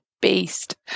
beast